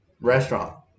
restaurant